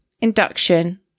induction